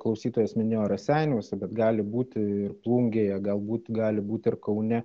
klausytojas minėjo raseiniuose bet gali būti ir plungėje galbūt gali būt ir kaune